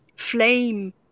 flame